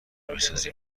میسازیم